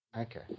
Okay